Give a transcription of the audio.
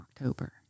October